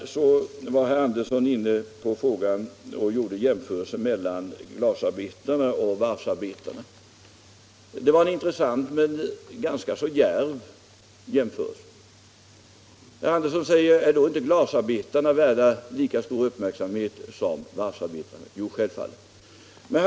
Herr Andersson gjorde jämförelser mellan glasarbetarna och varvsarbetarna. Det var en intressant men ganska djärv jämförelse. Herr Andersson frågade om inte glasarbetarna var värda lika — Nr 92 stor uppmärksamhet som varvsarbetarna. Jo, självfallet.